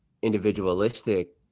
individualistic